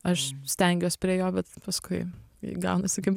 aš stengiuosi prie jo bet paskui gaunasi kaip